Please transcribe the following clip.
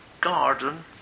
garden